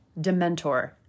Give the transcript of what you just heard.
Dementor